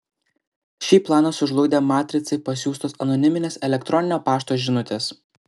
šį planą sužlugdė matricai pasiųstos anoniminės elektroninio pašto žinutės